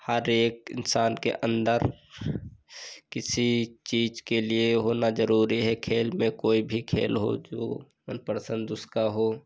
हर एक इन्सान के अन्दर किसी चीज़ के लिए होना ज़रूरी है खेल में कोई भी खेल हो वह मनपसन्द उसका हो